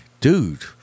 dude